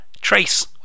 Trace